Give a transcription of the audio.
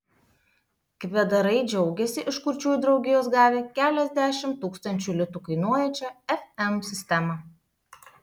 kvedarai džiaugiasi iš kurčiųjų draugijos gavę keliasdešimt tūkstančių litų kainuojančią fm sistemą